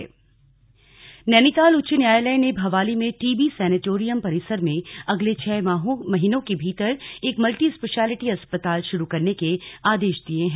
multispeciality अस्पताल नैनीताल उच्च न्यायालय ने भवाली में टीबी सैनेटोरियम परिसर में अगले छह महीनों के भीतर एक मल्टी स्पेशियलिटी अस्पताल शुरू करने के आदेश दिए हैं